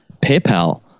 PayPal